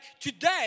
today